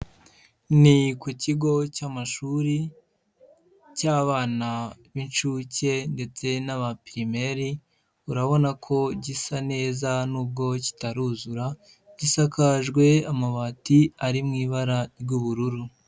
Ni ku kigo cy'amashuri cy'abana b'inshuke ndetse n'aba primaire, urabona ko gisa neza nubwo kitaruzura, gisakajwe amabati ari mu ibara ry'ubururu.